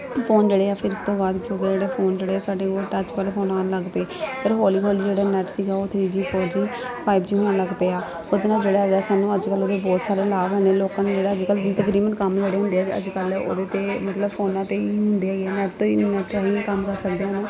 phone ਜਿਹੜੇ ਆ ਫਿਰ ਇਸ ਤੋਂ ਬਾਅਦ ਕੀ ਹੋ ਗਿਆ ਜਿਹੜੇ ਫੋਨ ਜਿਹੜੇ ਸਾਡੇ ਕੋਲ ਟੱਚ ਵਾਲੇ ਫੋਨ ਲੱਗ ਪਏ ਪਰ ਹੌਲੀ ਹੌਲੀ ਜਿਹੜੇ ਨੈੱਟ ਸੀਗਾ ਉਹ three G four G five G ਹੋਣ ਲੱਗ ਪਿਆ ਉਹਦੇ ਨਾਲ ਜਿਹੜਾ ਹੈਗਾ ਸਾਨੂੰ ਅੱਜ ਕੱਲ ਦੇ ਬਹੁਤ ਸਾਰੇ ਲਾਭ ਨੇ ਲੋਕਾਂ ਨੂੰ ਜਿਹੜਾ ਅੱਜ ਕੱਲ ਦੀ ਤਕਰੀਬਨ ਕੰਮ ਜਿਹੜੇ ਹੁੰਦੇ ਆ ਅੱਜ ਕੱਲ ਉਹਦੇ ਤੇ ਮਤਲਬ ਫੋਨਾਂ ਤੇ ਹੀ ਹੁੰਦੇ ਹੈਗੇ ਐ ਨੈੱਟ ਤੋਂ ਹੀ ਮੈੱਟ ਰਾਹੀਂ ਕੰਮ ਕਰ ਸਕਦੇ ਹਨ